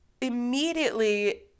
immediately